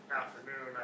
afternoon